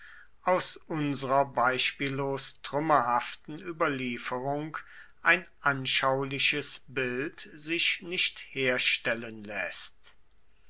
aus unserer beispiellos trümmerhaften überlieferung ein anschauliches bild sich nicht herstellen läßt